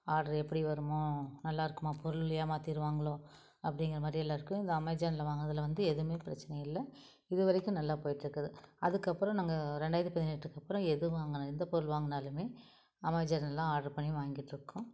order எப்படி வருமோ நல்லா இருக்குமா பொருள் ஏமாத்திடுவாங்களோ அப்படிங்கிற மாதிரியெல்லாம் இருக்குது இந்த அமேசான்ல வாங்குனதில் வந்து எதுவுமே பிரச்சனை இல்லை இது வரைக்கும் நல்லா போயிகிட்ருக்குது அதுக்கப்புறம் நாங்கள் ரெண்டாயிரத்தி பதினெட்டுக்கு அப்புறம் எது வாங்குனால் எந்த பொருள் வாங்குனாலுமே அமேசான்ல தான் ஆர்டர் பண்ணி வாங்கிகிட்ருக்கோம்